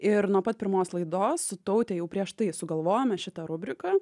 ir nuo pat pirmos laidos su taute jau prieš tai sugalvojome šitą rubriką